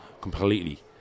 completely